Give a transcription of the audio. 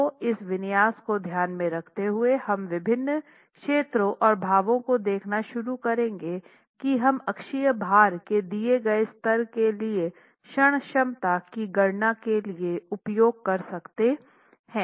तो इस विन्यास को ध्यान में रखते हुए हम विभिन्न क्षेत्रों और भावों को देखना शुरू करेंगे कि हम अक्षीय भार के दिए गए स्तर के लिए क्षण क्षमता की गणना के लिए उपयोग कर सकते हैं